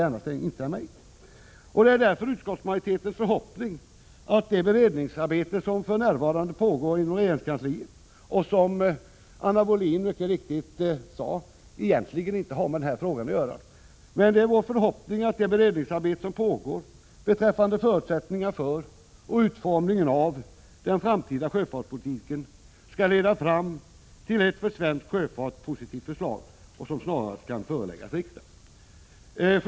Detta instämmer jag gärna i. Det är därför utskottsmajoritetens förhoppning att det beredningsarbete som för närvarande pågår inom regeringskansliet — Anna Wohlin-Andersson sade mycket riktigt att detta egentligen inte har med denna fråga att göra — beträffande förutsättningar för och utformningen av den framtida sjöfartspolitiken skall leda fram till ett för svensk sjöfart positivt förslag som snarast kan föreläggas riksdagen.